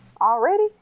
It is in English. Already